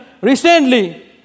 recently